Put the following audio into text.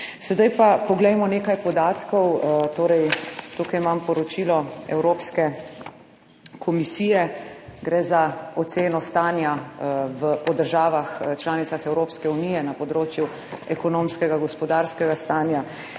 Sedaj pa poglejmo nekaj podatkov. Torej tukaj imam poročilo Evropske komisije. Gre za oceno stanja o državah članicah Evropske unije na področju ekonomskega gospodarskega stanja.